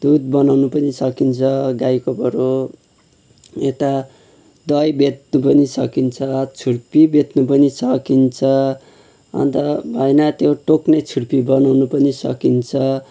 दुध बनाउनु पनि सकिन्छ गाईकोबाट यता दही बेच्नु पनि सकिन्छ छुर्पी बेच्नु पनि सकिन्छ अन्त होइन त्यो टोक्ने छुर्पी बनाउनु पनि सकिन्छ